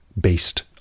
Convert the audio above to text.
based